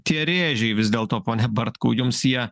tie rėžiai vis dėlto pone bartkau jums jie